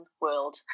world